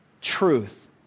Truth